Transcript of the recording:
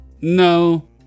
no